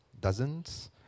Dozens